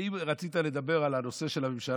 ואם רצית לדבר על הנושא של הממשלה,